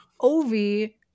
Ovi